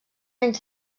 anys